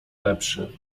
lepszy